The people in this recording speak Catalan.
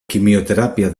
quimioteràpia